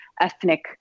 ethnic